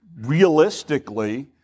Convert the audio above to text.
realistically